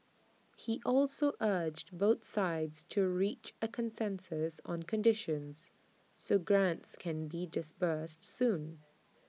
he also urged both sides to reach A consensus on conditions so grants can be disbursed soon